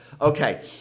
Okay